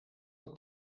dat